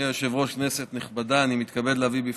אם כן,